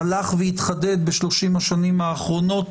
הלך והתחדד בשלושים השנים האחרונות,